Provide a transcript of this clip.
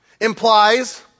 implies